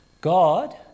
God